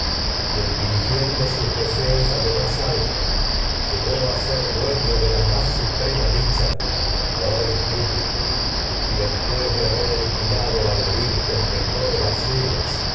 quien dirigiendo de la más sus deseos a lo más alto ay llegó a y ser dueño suprema dicha júpiter corvas des pués de haber aniquilado a la de virgen de en uñas